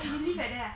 you live like that